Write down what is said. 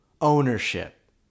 ownership